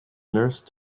nurse